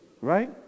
right